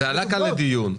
זה עלה כאן לדיון.